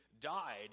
died